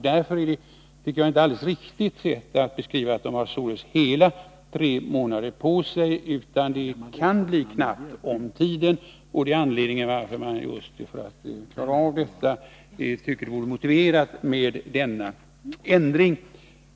Därför tycker jag inte att finansministern ger en helt riktig beskrivning när han säger att handelsbolag har ”hela tre månader på sig”. Det kan bli knappt om tid. Det är anledningen till att jag tycker att det vore motiverat med denna ändring.